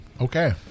Okay